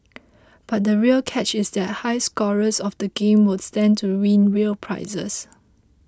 but the real catch is that high scorers of the game will stand to win real prizes